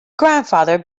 grandfather